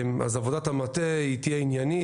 עבודת המטה תהיה עניינית,